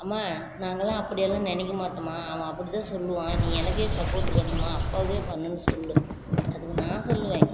அம்மா நாங்கலாம் அப்படி எல்லாம் நினைக்க மாட்டோம்மா அவன் அப்படி தான் சொல்லுவான் நீ எனக்கே சப்போர்ட் பண்ணும்மா அப்பாவுக்கே பண்ணுன்னு சொல்லும் அதுக்கு நான் சொல்லுவேன்